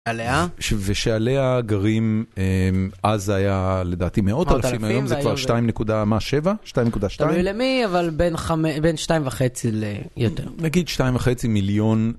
ושעליה גרים, אז היה לדעתי מאות אלפים היום, זה כבר שתיים נקודה, מה, שבע? שתיים נקודה שתיים? תלוי למי, אבל בין שתיים וחצי ליותר. נגיד שתיים וחצי מיליון.